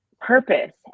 purpose